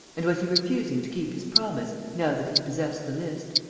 and was he refusing to keep his promise, now that he possessed the list?